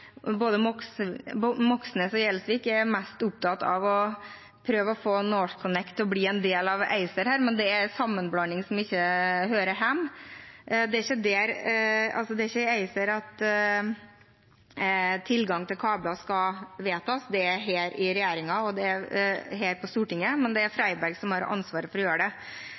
Moxnes og Gjelsvik er mest opptatt av å prøve å få NorthConnect til å bli en del av ACER, men det er en sammenblanding som ikke hører hjemme her. Det er ikke i ACER at tilgang til kabler skal vedtas. Det er her på Stortinget, men det er statsråd Freiberg som har ansvaret for å gjøre det.